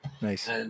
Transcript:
Nice